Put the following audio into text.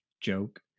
joke